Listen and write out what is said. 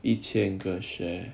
一千个 share